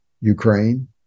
Ukraine